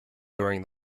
during